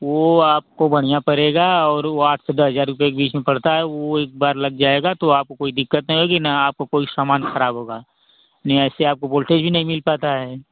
वो आपको बढ़िया पड़ेगा और वो आठ से दस हजार रुपया के बीच में पड़ता है वो एक बार लग जाएगा तो आपको कोई दिक्कत नहीं होगी न आपको कोई सामान खराब होगा नहीं ऐसे आपको वोल्टेज ही नहीं मिल पाता है